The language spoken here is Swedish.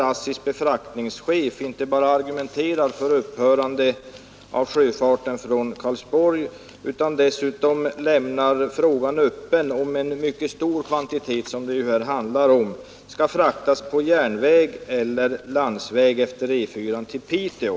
ASSI:s befraktningschef inte bara argumenterar för sjöfartens upphörande från Karlsborg, utan han lämnar dessutom frågan öppen huruvida en mycket stor kvantitet gods som det här ju handlar om — skall fraktas på järnväg eller på landsväg längs E4 till Piteå.